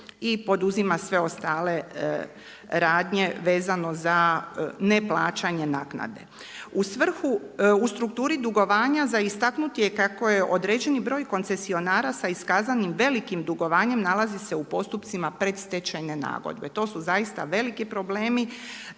i poduzima sve ostale radnje vezano za neplaćanje naknade. U strukturi dugovanja, za istaknut je kako je određeni broj koncesionara sa iskazanim velikim dugovanjem, nalazi se u postupcima predstečajne nagodbe. To su zaista veliki problemi,